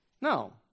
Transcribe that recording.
No